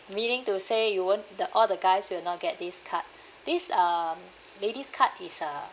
meaning to say you won't the all the guys will not get this card this um ladies card is uh